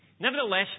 nevertheless